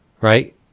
right